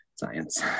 science